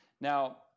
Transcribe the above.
Now